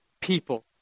people